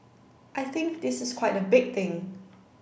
I think this is quite a big thing